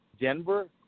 denver